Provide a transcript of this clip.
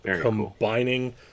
combining